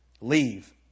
Leave